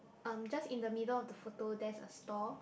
um just in the middle of the photo there's a store